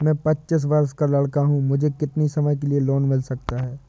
मैं पच्चीस वर्ष का लड़का हूँ मुझे कितनी समय के लिए लोन मिल सकता है?